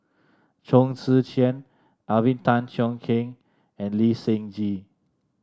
Chong Tze Chien Alvin Tan Cheong Kheng and Lee Seng Gee